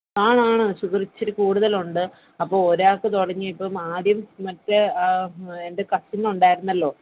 ആണ് ആണ് ആ ഷുഗർ ഇച്ചിരി കൂടുതൽ ഉണ്ട് അപ്പോൾ ഒരാൾക്ക് തുടങ്ങിയപ്പം ആദ്യം മറ്റേ എൻ്റെ കസിനുണ്ടായിരുന്നല്ലോ